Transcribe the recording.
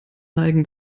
neigen